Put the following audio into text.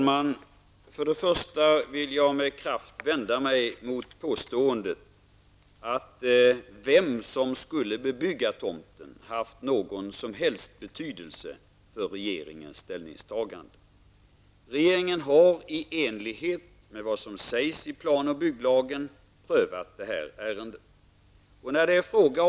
Herr talman! Jag vill med kraft vända mig emot påståendet att det för regeringens ställningstagande skulle ha haft någon som helst betydelse vem det är som skall bebygga tomten. Regeringen har i enlighet med vad som sägs i plan och bygglagen prövat detta ärende.